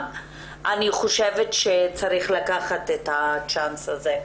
אני חושבת שצריך לקחת את ההזדמנות הזאת.